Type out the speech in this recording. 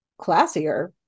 classier